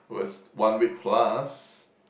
was one week plus